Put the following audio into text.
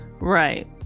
Right